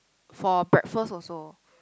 for breakfast also